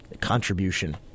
contribution